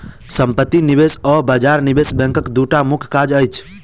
सम्पत्ति निवेश आ बजार निवेश बैंकक दूटा मुख्य काज अछि